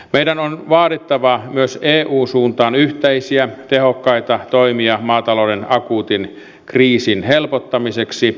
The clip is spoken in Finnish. meidän on vaadittava myös eun suuntaan yhteisiä tehokkaita toimia maatalouden akuutin kriisin helpottamiseksi